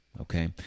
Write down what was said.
okay